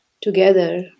together